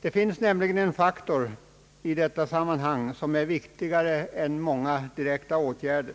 Det finns nämligen en faktor i detta sammanhang som är viktigare än många direkta åtgärder: